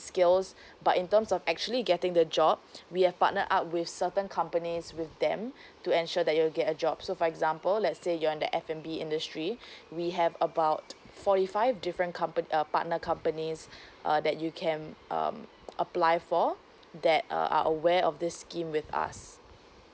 skills but in terms of actually getting the job we have partnered up with certain companies with them to ensure that you'll get a job so for example let's say you're in the F and B industry we have about forty five different compa~ uh partner companies uh that you can um apply for that uh are aware of this scheme with us